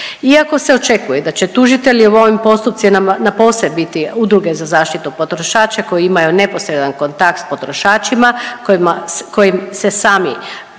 Iako se očekuje da će tužitelji u ovim postupcima na posebiti udruge za zaštitu potrošača koji imaju neposredan kontakt s potrošačima kojima,